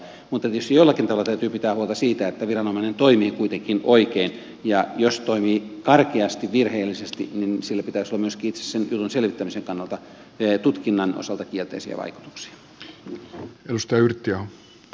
mutta tietysti jollakin tavalla täytyy pitää huolta siitä että viranomainen toimii kuitenkin oikein ja jos toimii karkeasti virheellisesti niin sillä pitäisi olla myöskin itse sen jutun selvittämisen kannalta tutkinnan osalta kielteisiä vaikutuksia